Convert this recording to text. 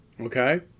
Okay